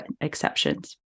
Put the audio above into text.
exceptions